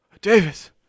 davis